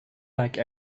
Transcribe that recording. like